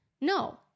No